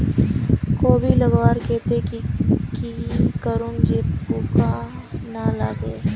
कोबी लगवार केते की करूम जे पूका ना लागे?